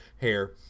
hair